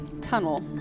tunnel